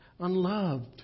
unloved